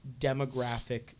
demographic